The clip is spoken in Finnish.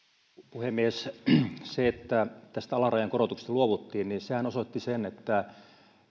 puhemies sehän että tästä alarajan korotuksesta luovuttiin osoitti sen että